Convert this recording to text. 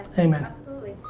amen. absolutely.